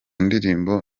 ndirimbo